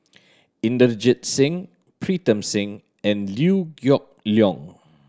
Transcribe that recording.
Inderjit Singh Pritam Singh and Liew Geok Leong